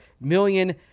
million